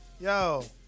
yo